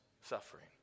suffering